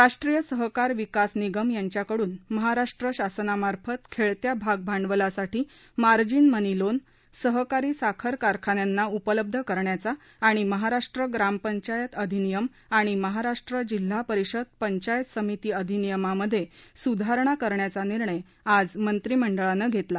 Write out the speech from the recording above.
राष्ट्रीय सहकार विकास निगम यांच्याकडून महाराष्ट्र शासनामार्फत खेळत्या भागभांडवलासाठी मार्जिन मनी लोन सहकारी साखर कारखान्यांना उपलब्ध करण्याचा आणि महाराष्ट्र ग्रामपंचायत अधिनियम आणि महाराष्ट्र जिल्हा परिषद पंचायत समिती अधिनियमामध्ये सुधारणा करण्याचा निर्णय आज मंत्रिमंडळानं घेतला